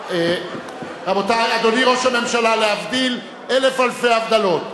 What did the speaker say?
רבותי, אדוני ראש הממשלה, להבדיל אלף אלפי הבדלות,